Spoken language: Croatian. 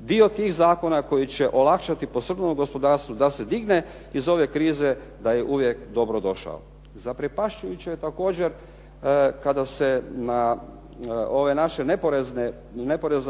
dio tih zakona koji će olakšati posrnulom gospodarstvu da se digne iz ove krize, da je uvijek dobrodošao. Zaprepašćujuće je također kada se na